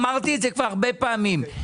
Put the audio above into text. אמרתי את זה הרבה פעמים,